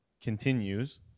continues